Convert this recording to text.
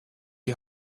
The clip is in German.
die